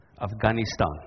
Afghanistan